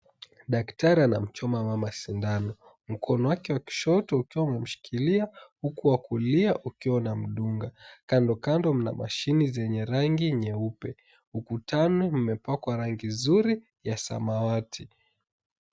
Daktari anamchoma mama shindano, mkono wake wa kushoto ukiwa umemshikilia huku wa kulia ukiwa unamdunga. Kando kando mnamashini zenye rangi nyeupe, huku ukutani mmepakwa rangi zuri ya samawati.